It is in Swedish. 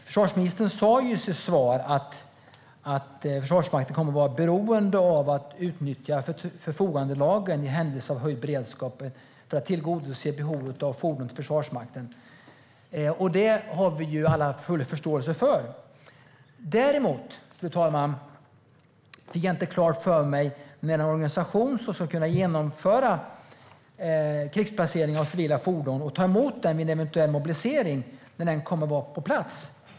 Försvarsministern sa i sitt svar att Försvarsmakten kommer att vara beroende av att kunna utnyttja förfogandelagen i händelse av höjd beredskap för att tillgodose behovet av fordon till Försvarsmakten. Det har vi alla full förståelse för. Däremot, fru talman, fick jag inte klart för mig när organisationen som skulle kunna krigsplacera civila fordon och ta emot dem vid en eventuell mobilisering kommer att vara på plats.